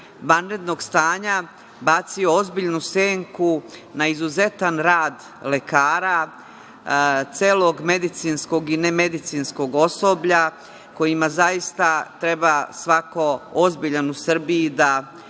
vanrednog stanja bacio ozbiljnu senku na izuzetan rad lekara, celog medicinskog i nemedicinskog osoblja kojima zaista treba svako ozbiljan u Srbiji da